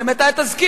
באמת היה תזכיר,